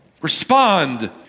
Respond